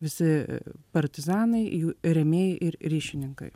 visi partizanai jų rėmėjai ir ryšininkai